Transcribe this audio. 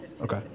Okay